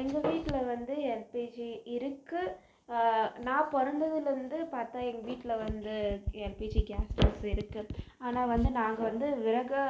எங்கள் வீட்டில் வந்து எல்பிஜி இருக்குது நான் பிறந்ததுலருந்து பார்த்தா எங்கள் வீட்டில் வந்து எல்பிஜி கேஸ் ஸ்டவ்ஸ் இருக்குது ஆனால் வந்து நாங்கள் வந்து விறகு